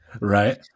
Right